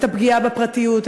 את הפגיעה בפרטיות,